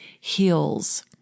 heals